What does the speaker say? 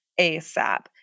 ASAP